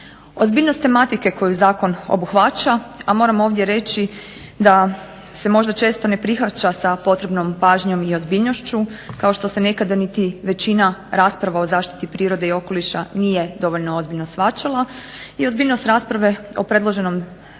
Ozbiljnost tematike koju zakon obuhvaća, a moram ovdje reći da se možda često ne prihvaća sa potrebnom pažnjom i ozbiljnošću kao što se nekada niti većina rasprava o zaštiti prirode i okoliša nije dovoljno ozbiljno shvaćala i ozbiljnost rasprave o predloženom samom